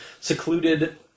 secluded